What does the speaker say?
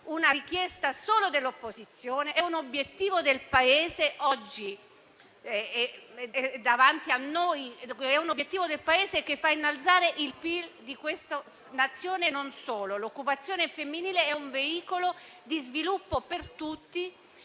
una richiesta solo dell'opposizione: è un obiettivo del Paese, oggi davanti a noi, che fa innalzare il PIL della nostra Nazione e non solo. L'occupazione femminile è un veicolo di sviluppo per tutti,